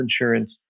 insurance